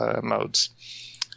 modes